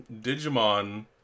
Digimon